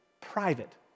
private